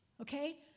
okay